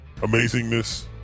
amazingness